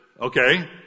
okay